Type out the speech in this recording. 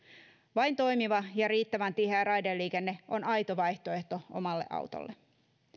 vain toimiva ja riittävän tiheä raideliikenne on aito vaihtoehto omalle autolle